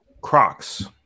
Crocs